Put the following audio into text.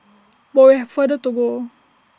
but we have further to go